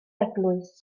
eglwys